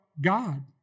God